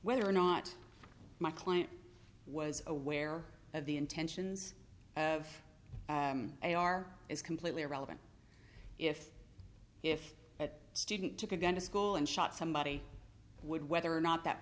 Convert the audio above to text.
whether or not my client was aware of the intentions of a are is completely irrelevant if if that student took a gun to school and shot somebody would whether or not that